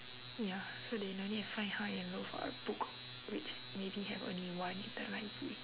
ya so they don't need to find high and low for a book which maybe have only one in the library